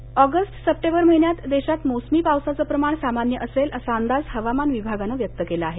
पाऊसः August September महिन्यात देशात मोसमी पावसाचं प्रमाण सामान्य असेल असा अंदाज हवामान विभागानं व्यक्त केला आहे